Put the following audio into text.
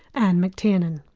anne mctiernan.